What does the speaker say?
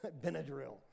Benadryl